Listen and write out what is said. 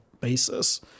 basis